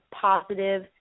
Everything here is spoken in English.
positive